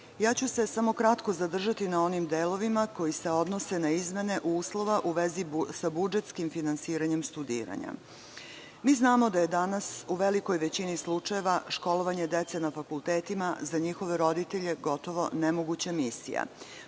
samo kratko ću se zadržati na onim delovima koji se odnose na izmene uslova u vezi sa budžetskim finansiranjem studiranja. Znamo da je danas u velikoj većini slučajeva školovanje dece na fakultetima za njihove roditelje gotovo nemoguća misija,